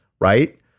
right